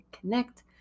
connect